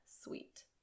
sweet